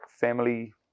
family